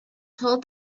told